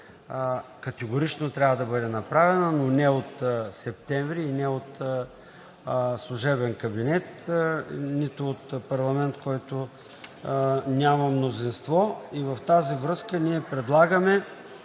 категорично трябва да бъде направена и не от месец септември, и не от служебен кабинет, нито от парламент, който няма мнозинство. В тази връзка ние предлагаме